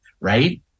Right